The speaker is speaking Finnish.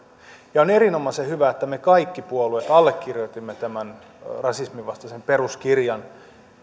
ja on erinomaisen hyvä että me kaikki puolueet allekirjoitimme tämän rasismin vastaisen peruskirjan